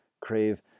crave